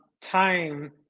time